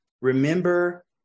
Remember